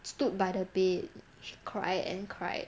stood by the bed she cry and cry